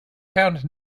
found